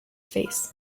face